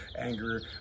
anger